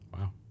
Wow